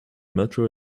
metro